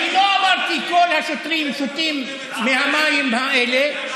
אני לא אמרתי שכל השוטרים שותים מהמים האלה.